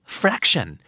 fraction